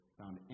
found